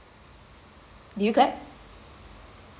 did you clap